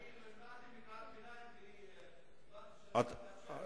נמנעתי מקריאת ביניים, כי הבנתי שאתה מאפשר.